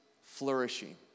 flourishing